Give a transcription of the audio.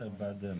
כן.